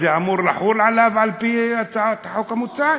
זה אמור לחול עליו על-פי הצעת החוק המוצעת?